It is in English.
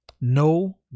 No